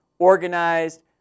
organized